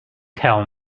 tell